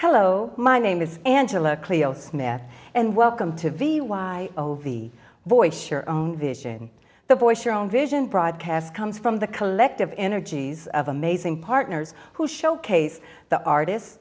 hello my name is angela cleo smith and welcome to v y o v voice your own vision the voice your own vision broadcast comes from the collective energies of amazing partners who showcase the artists